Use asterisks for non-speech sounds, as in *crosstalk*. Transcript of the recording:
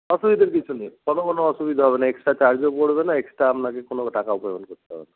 অসুবিধার কিছু নেই *unintelligible* কোনো অসুবিধা হবে না এক্সট্রা চার্জও পড়বে না এক্সট্রা আপনাকে কোনো টাকাও পেমেন্ট করতে হবে *unintelligible*